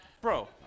Bro